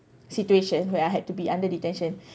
situation where I had to be under detention